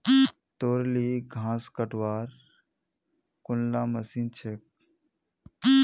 तोर ली घास कटवार कुनला मशीन छेक